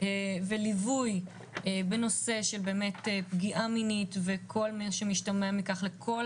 וליווי בנושא של פגיעה מינית וכל מה שמשמע מכך לכל